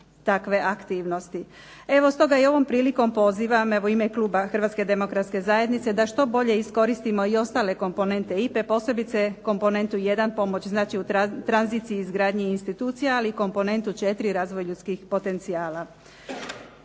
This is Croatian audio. takve aktivnosti. Evo stoga i ovom prilikom pozivam u ime kluba HDZ-a da što bolje iskoristimo i ostale komponente IPA-e posebice komponentu jedan pomoć u tranziciji i izgradnji institucija ali komponentu četiri razvoj ljudskih potencijala.